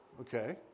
okay